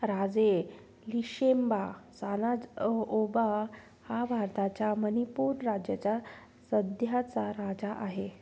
राजे लिशेंबा सानाजाओबा हा भारताच्या मनिपूर राज्याच्या सध्याचा राजा आहे